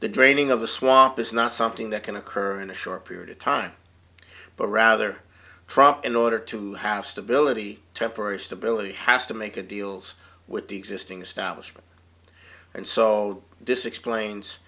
the draining of a swap is not something that can occur in a short period of time but rather from in order to have stability temporary stability has to make a deals with the existing establishment and so this explains